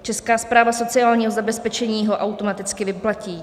Česká správa sociálního zabezpečení ho automaticky vyplatí.